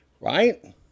right